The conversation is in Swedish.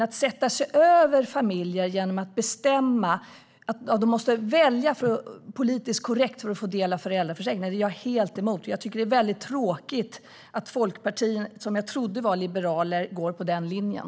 Att sätta sig över familjer genom att tvinga dem att göra politiskt korrekta val för att få del av föräldraförsäkringen är jag dock helt emot. Jag tycker att det är tråkigt att Folkpartiet, som jag trodde var ett liberalt parti, går på den linjen.